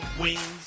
wings